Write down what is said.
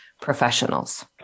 professionals